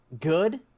good